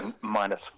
Minus